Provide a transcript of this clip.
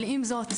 אבל עם זאת,